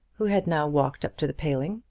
who had now walked up to the paling.